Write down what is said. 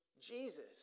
Jesus